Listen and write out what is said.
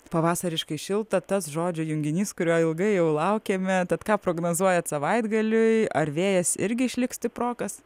pavasariškai šilta tas žodžių junginys kurio ilgai jau laukėme tad ką prognozuojat savaitgaliui ar vėjas irgi išliks stiprokas